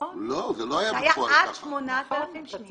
זה היה 8,000,